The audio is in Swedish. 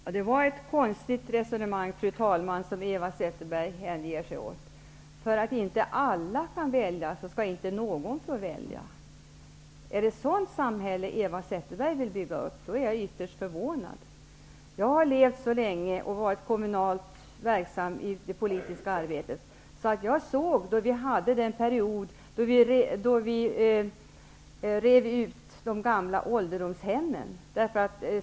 Fru talman! Det är ett konstigt resonemang som Eva Zetterberg hänger sig åt. Om inte alla kan välja, så skall ingen få välja. Om det är ett sådant samhälle som Eva Zetterberg vill bygga upp är jag ytterst förvånad. Jag har levt och verkat i det kommunala politiska arbetet länge, och jag har upplevt den period då vi rev de gamla ålderdomshemmen.